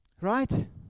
Right